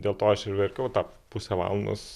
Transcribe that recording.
dėl to aš ir verkiau tą pusę valandos